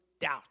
doubt